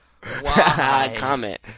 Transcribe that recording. Comment